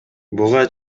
буга